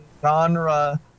genre